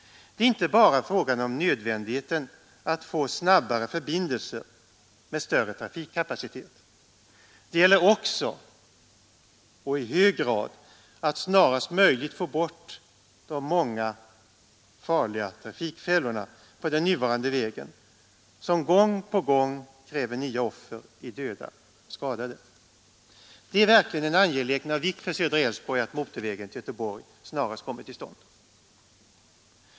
Det är inte bara fråga om nödvändigheten att få snabbare förbindelser med större trafikkapacitet. Det gäller också och i hög grad att snarast möjligt få bort de många farliga trafikfällorna på den nuvarande vägen, som gång på gång kräver nya offer i döda och skadade. Det är verkligen en angelägenhet av vikt för södra Älvsborg att motorvägen till Göteborg snarast kommer till stånd.